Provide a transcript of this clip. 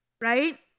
Right